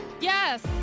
Yes